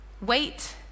wait